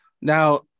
Now